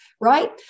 right